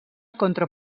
contra